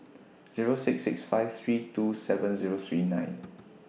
Zero six six five three two seven Zero three nine